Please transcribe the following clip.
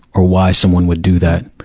or why someone would do that,